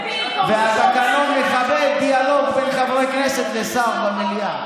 והתקנון מכבד דיאלוג בין חברי כנסת לשר במליאה.